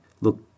Look